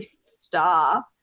Star